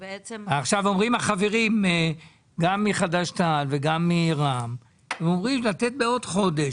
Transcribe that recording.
עכשיו אומרים החברים גם מחד"ש תע"ל וגם מרע"מ הם אומרים לתת עוד חודש,